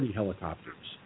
helicopters